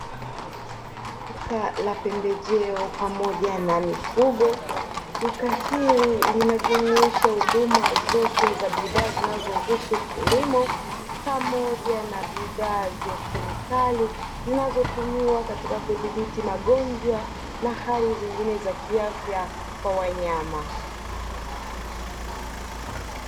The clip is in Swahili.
Duka la pembejeo pamoja na mifugo. Duka hili linajumuisha huduma zote za bidhaa zinazohusu kilimo pamoja na bidhaa za kemikali zinazotumiwa katika kudhibiti magonjwa na hali zingine za kiafya kwa wanyama.